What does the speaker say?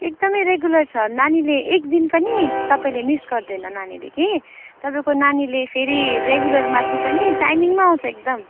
एकदमै रेगुलर छ नानीले एक दिन पनि तपाईँले मिस गर्दैन नानीले कि तपाईँको नानीले फेरि रेगुलरमाथि पनि टाइमिङमा आउँछ एकदम